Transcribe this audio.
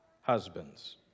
husbands